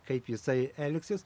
kaip jisai elgsis